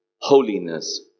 holiness